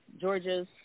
Georgia's